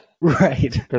Right